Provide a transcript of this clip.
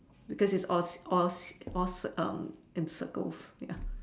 because it's all all all um in circles ya